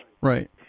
Right